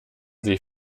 sie